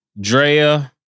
Drea